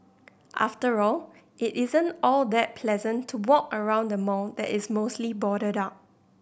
after all it isn't all that pleasant to walk around the mall that is mostly boarded up